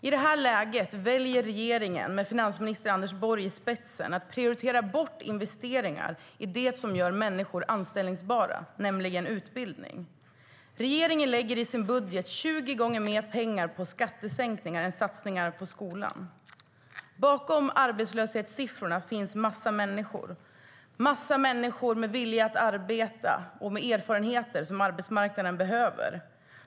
I det läget väljer regeringen, med finansminister Anders Borg i spetsen, att prioritera bort investeringar i det som gör människor anställbara, nämligen utbildning. Regeringen lägger i sin budget 20 gånger mer pengar på skattesänkningar än på satsningar på skolan. Bakom arbetslöshetssiffrorna finns en massa människor, en massa människor med vilja att arbeta och med erfarenheter som arbetsmarknaden behöver.